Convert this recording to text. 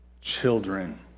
children